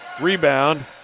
rebound